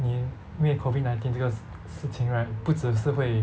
I mean 因为 COVID nineteen 这个事事情 right 不只是会